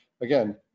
again